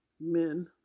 men